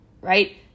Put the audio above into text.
Right